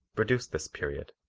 reduce this period.